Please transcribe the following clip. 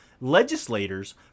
legislators